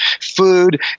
food